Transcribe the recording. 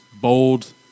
bold